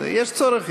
יש צורך?